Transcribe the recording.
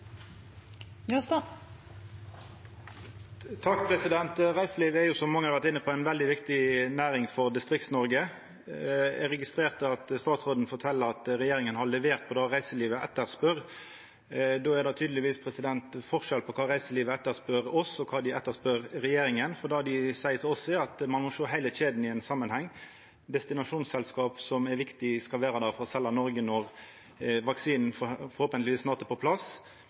Reiselivet er, som mange har vore inne på, ei veldig viktig næring for Distrikts-Noreg. Eg registrerer at statsråden fortel at regjeringa har levert på det reiselivet etterspør. Då er det tydeligvis forskjell på kva reiselivet etterspør frå oss, og kva dei etterspør frå regjeringa, for det dei seier til oss, er at ein må sjå heile kjeda i samanheng. Destinasjonsselskap, som er viktig for å selja Noreg når vaksinen forhåpentlegvis snart er på plass,